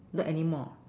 not anymore